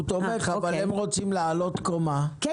הוא תומך, אבל הם רוצים לעלות קומה בתקצוב.